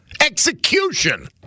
Execution